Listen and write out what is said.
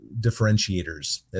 differentiators